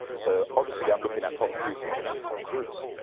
so, obviously i'm looking at tom cruise thinking, that's tom cruise.